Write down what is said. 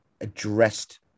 addressed